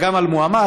אלא גם על מועמד,